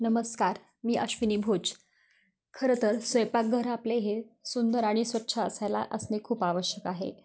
नमस्कार मी अश्विनी भोज खरं तर स्वयंपाकघर आपले हे सुंदर आणि स्वच्छ असायला असणे खूप आवश्यक आहे